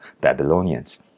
Babylonians